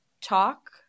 talk